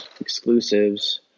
exclusives